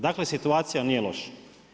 Dakle, situacija nije loša.